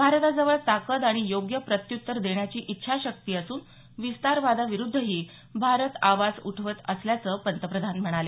भारताजवळ ताकद आणि योग्य प्रत्यूत्तर देण्याची इच्छाशक्ती असून विस्तारवादाविरुद्धही भारत आवाज उठवत असल्याच पंतप्रधान म्हणाले